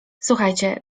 słuchajcie